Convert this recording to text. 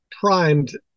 primed